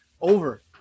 over